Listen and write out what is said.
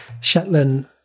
shetland